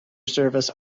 service